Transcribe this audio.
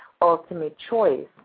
ultimatechoice